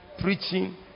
Preaching